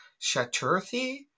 Shaturthi